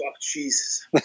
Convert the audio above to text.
Jesus